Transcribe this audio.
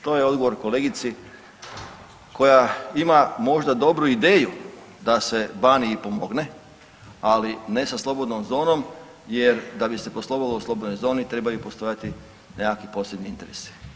To je odgovor kolegici koja ima možda dobru ideju da se Baniji i pomogne, ali ne sa slobodnom zonom jer da bi se poslovalo u slobodnoj zoni trebaju postojati nekakvi posebni interesi.